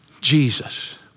Jesus